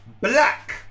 black